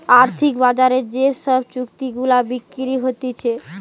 আর্থিক বাজারে যে সব চুক্তি গুলা বিক্রি হতিছে